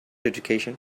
education